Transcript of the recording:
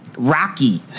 Rocky